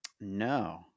no